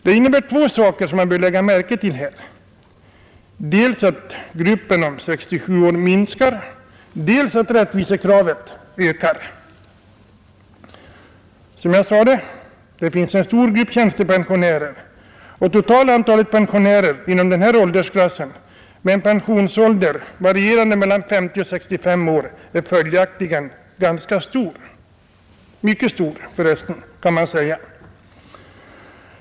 Det betyder två saker, som man bör lägga märke till här — dels att gruppen 67 år minskar, dels att rättvisekravet ökar. Som jag sade: det finns en stor grupp av tjänstepensionärer, och totala antalet pensionärer inom den här åldersklassen med en pensionsålder varierande mellan 50 och 65 år är följaktligen ganska stor — mycket stor, kan man för resten säga.